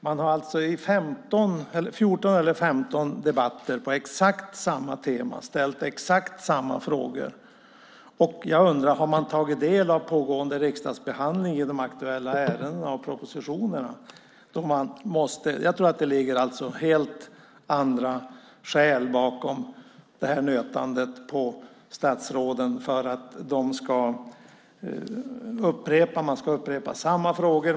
Man har alltså i 14 eller 15 debatter på exakt samma tema ställt exakt samma frågor. Jag undrar: Har man tagit del av pågående riksdagsbehandling i de aktuella ärendena och av propositionerna? Jag tror att det ligger helt andra skäl bakom det här nötandet på statsråden. Man ska upprepa samma frågor.